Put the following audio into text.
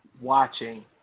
watching